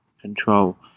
control